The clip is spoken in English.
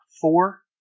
four